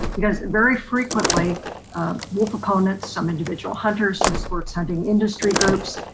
because very frequently wolf opponents, some individual hunters and sports hunting industry groups,